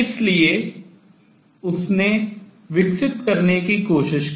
इसलिए उसने Born ने विकसित करने की कोशिश की